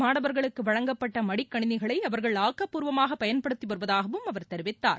மாணவர்களுக்கு வழங்கப்பட்ட மடிக்கணினிகளை அவர்கள் ஆக்கப்பூர்வமாகப் பயன்படுத்தி வருவதாகவும் அவர் தெரிவித்தார்